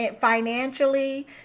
financially